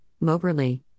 Moberly